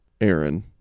Aaron